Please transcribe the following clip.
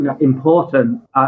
important